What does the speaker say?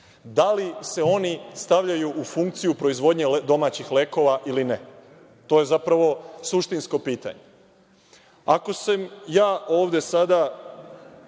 Da li se oni stavljaju u funkciju proizvodnje domaćih lekova ili ne? To je zapravo suštinsko pitanje. Ako sam ja ovde sada